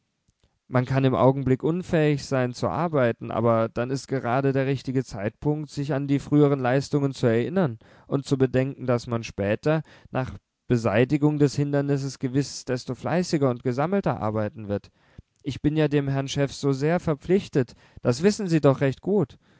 man kann im augenblick unfähig sein zu arbeiten aber dann ist gerade der richtige zeitpunkt sich an die früheren leistungen zu erinnern und zu bedenken daß man später nach beseitigung des hindernisses gewiß desto fleißiger und gesammelter arbeiten wird ich bin ja dem herrn chef so sehr verpflichtet das wissen sie doch recht gut